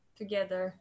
together